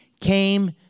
came